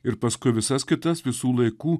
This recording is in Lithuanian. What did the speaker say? ir paskui visas kitas visų laikų